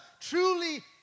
truly